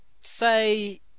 say